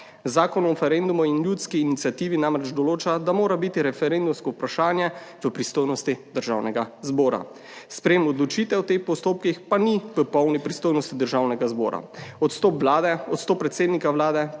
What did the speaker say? Zakon o referendumu in ljudski iniciativi namreč določa, da mora biti referendumsko vprašanje v pristojnosti Državnega zbora, sprejem odločitev o teh postopkih pa ni v polni pristojnosti Državnega zbora. Odstop vlade, odstop predsednika vlade,